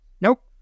Nope